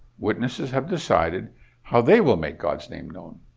witnesses have decided how they will make god's name known.